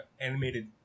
animated